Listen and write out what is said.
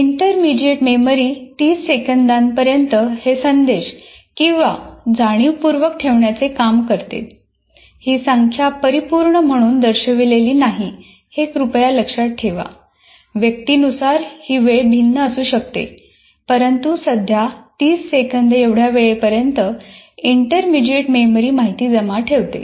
intermediate memory 30 सेकंदापर्यंत हे संदेश किंवा जाणीवपूर्वक ठेवण्याचे काम करते